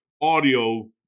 audio